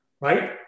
right